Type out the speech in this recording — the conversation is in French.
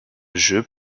jeux